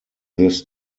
this